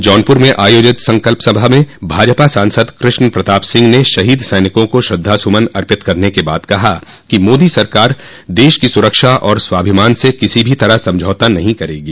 जौनपुर में आयोजित संकल्प सभा में भाजपा सांसद कृष्ण प्रताप सिंह ने शहीद सैनिकों को श्रद्धासुमन अर्पित करने के बाद कहा कि मोदी सरकार देश की सुरक्षा और स्वाभिमान से किसी भी तरह समझौता नहीं करेगी